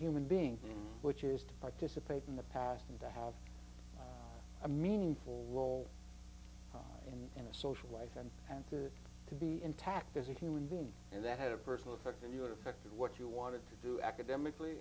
human being which is to participate in the past and to have a meaningful role and in a social life and and to to be intact as a human being and that had a personal affect and you were affected what you wanted to do academically